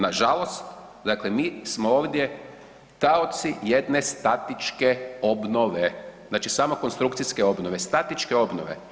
Nažalost, dakle, mi smo ovdje taoci jedne statičke obnove, znači samo konstrukcijske obnove, statičke obnove.